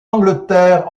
angleterre